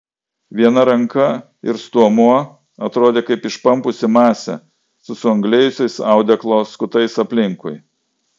viena ranka ir stuomuo atrodė kaip išpampusi masė su suanglėjusiais audeklo skutais aplinkui